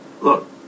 look